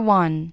one